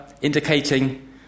indicating